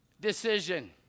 Decision